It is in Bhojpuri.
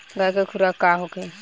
गाय के खुराक का होखे?